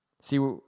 See